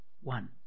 One